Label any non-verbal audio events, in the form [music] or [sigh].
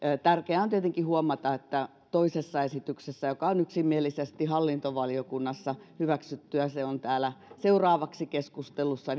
tärkeää on tietenkin huomata että toisessa esityksessä joka on yksimielisesti hallintovaliokunnassa hyväksytty ja joka on täällä seuraavaksi keskustelussa [unintelligible]